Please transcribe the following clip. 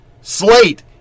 Slate